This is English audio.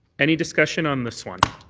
any discussion on this one?